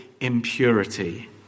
impurity